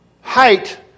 height